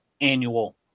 annual